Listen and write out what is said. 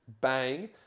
bang